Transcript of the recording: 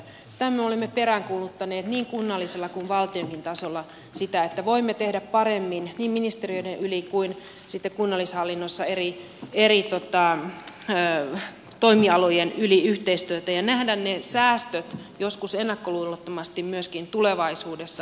tätä me olemme perään kuuluttaneet niin kunnallisella kuin valtionkin tasolla sitä että voimme tehdä paremmin niin ministeriöiden yli kuin sitten kunnallishallinnossa eri toimialojen yli yhteistyötä ja nähdä ne säästöt joskus ennakkoluulottomasti myöskin tulevaisuudessa